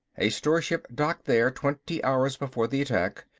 a store ship docked there twenty hours before the attack.